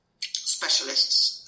specialists